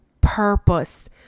purpose